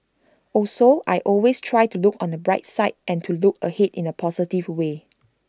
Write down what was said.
also I always try to look on the bright side and to look ahead in A positive way